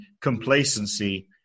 complacency